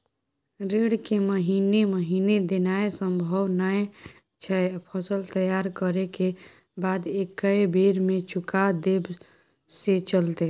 ऋण महीने महीने देनाय सम्भव नय छै, फसल तैयार करै के बाद एक्कै बेर में चुका देब से चलते?